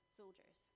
soldiers